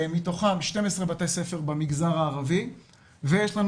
מתוכם 12 בתי ספר במגזר הערבי ויש לנו